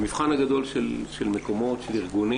המבחן הגדול של מקומות, של ארגונים